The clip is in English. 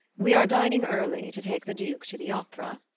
we are dining early, to take the duke to the opera.